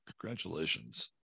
Congratulations